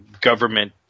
government